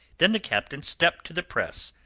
then the captain stepped to the press,